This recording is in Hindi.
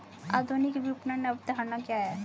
आधुनिक विपणन अवधारणा क्या है?